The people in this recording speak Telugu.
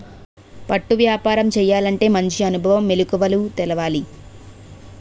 పట్టు వ్యాపారం చేయాలంటే మంచి అనుభవం, మెలకువలు తెలవాలి